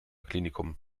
klinikum